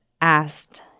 asked